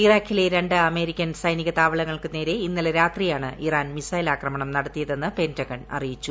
ഇറാഖിലെ രണ്ട് അമേരിക്കൻ സൈനിക താവളങ്ങൾക്ക് നേരെ ഇന്നലെ രാത്രിയാണ് ഇറാൻ മിസൈൽ ആക്രമണം നടത്തിയതെന്ന് പെന്റുഗൺ അറിയിച്ചു